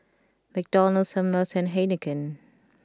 McDonald's Ameltz and Heinekein